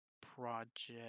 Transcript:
Project